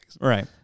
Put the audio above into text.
Right